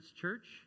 church